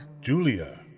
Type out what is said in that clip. Julia